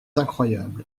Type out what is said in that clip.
incroyable